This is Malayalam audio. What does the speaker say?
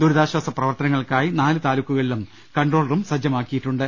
ദുരിതാശ്ചാസ പ്രവർത്തനങ്ങൾക്കായി നാല് താലൂക്കുകളിലും കൺട്രോൾ റൂം സജ്ജമാക്കിയിട്ടുണ്ട്